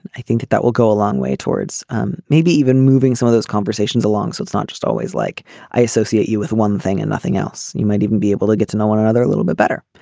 i think that that will go a long way towards um maybe even moving some of those conversations along so it's not just always like i associate you with one thing and nothing else. you might even be able to get to know one another a little bit better.